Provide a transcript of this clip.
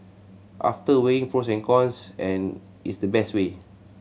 after weighing pros and cons and it's the best way